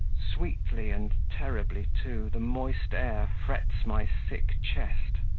sweetly and terribly, too, the moist air frets my sick chest.